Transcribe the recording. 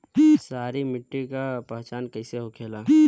सारी मिट्टी का पहचान कैसे होखेला?